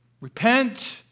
Repent